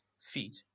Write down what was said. feet